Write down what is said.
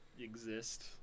exist